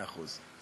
מאה אחוז.